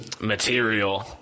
material